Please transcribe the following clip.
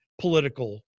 political